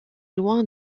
loin